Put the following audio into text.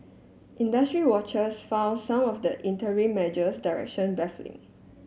industry watchers found some of the interim measure direction baffling